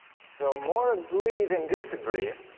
so more agree than disagree.